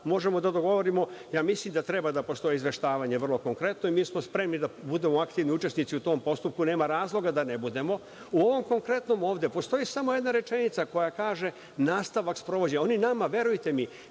možemo da odgovorimo, ja mislim da treba da postoje izveštavanje vrlo konkretno, i mi smo spremni da budemo aktivni učesnici u tom postupku. Nema razloga da ne budemo. U ovom konkretnom ovde postoji samo jedna rečenica koja kaže – nastavak sprovođenja. Oni nama, verujte mi,